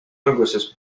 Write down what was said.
alguses